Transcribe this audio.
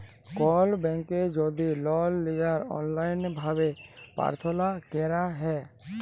call ব্যাংকে যদি লল লিয়ার অললাইল ভাবে পার্থলা ক্যরা হ্যয়